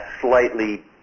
slightly